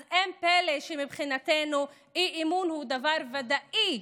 אז אין פלא שמבחינתנו אי-אמון הוא דבר ודאי,